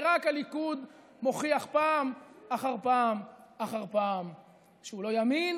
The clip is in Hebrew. ורק הליכוד מוכיח פעם אחר פעם אחר פעם שהוא לא ימין